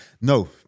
No